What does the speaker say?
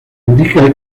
indicaba